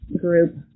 group